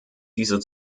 dieser